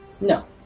No